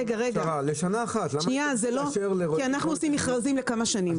כי אנחנו עושים מכרזים לכמה שנים.